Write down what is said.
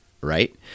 Right